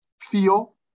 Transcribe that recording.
feel